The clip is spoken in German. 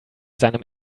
seinem